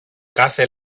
κάθε